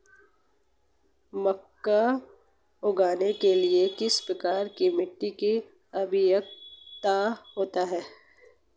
मक्का उगाने के लिए किस प्रकार की मिट्टी की आवश्यकता होती है?